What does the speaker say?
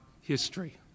history